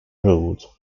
route